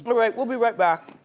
but right, we'll be right back.